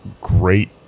great